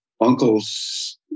uncle's